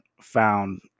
found